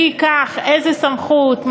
מי ייקח איזו סמכות,